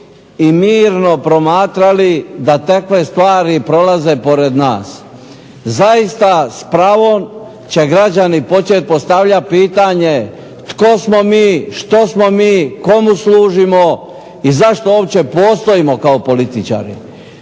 i mirno promatrali da takve stvari prolaze pored nas. Zaista s pravom će građani počet postavljati pitanje tko smo mi, što smo mi, komu služimo i zašto uopće postojimo kao političari.